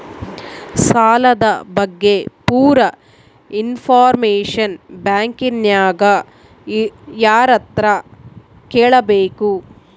ಸಾಲದ ಬಗ್ಗೆ ಪೂರ ಇಂಫಾರ್ಮೇಷನ ಬ್ಯಾಂಕಿನ್ಯಾಗ ಯಾರತ್ರ ಕೇಳಬೇಕು?